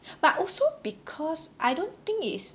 but also because I don't think is